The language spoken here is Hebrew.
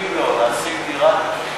רעבים, לא, להשיג דירה, כן.